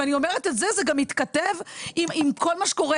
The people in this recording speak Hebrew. ואני אומרת את זה וזה גם מתכתב עם כל מה שקורה